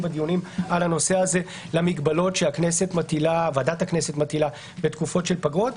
בדיונים על הנושא הזה למגבלות שוועדת הכנסת מטילה לתקופות של פגרות,